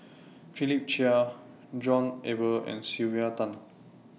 Philip Chia John Eber and Sylvia Tan